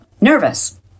nervous